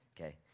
okay